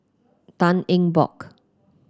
Tan Eng Bock